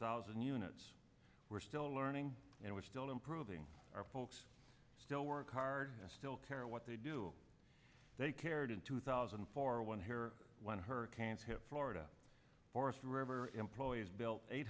thousand units we're still learning and we're still improving our folks still work hard still care what they do they cared in two thousand and four one here when hurricanes hit florida forest river employees built eight